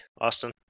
Austin